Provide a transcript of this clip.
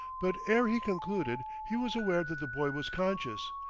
but ere he concluded he was aware that the boy was conscious,